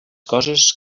coses